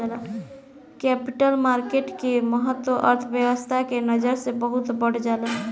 capital market के महत्त्व अर्थव्यस्था के नजर से बहुत बढ़ जाला